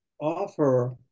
offer